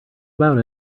about